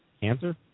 cancer